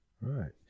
Right